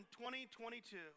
2022